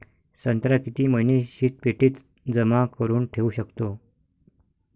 संत्रा किती महिने शीतपेटीत जमा करुन ठेऊ शकतो?